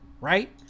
right